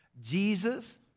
Jesus